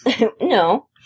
no